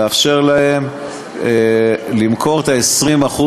לאפשר להם למכור את ה-20%,